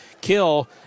kill